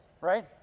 right